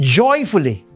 joyfully